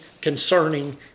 concerning